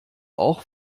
auch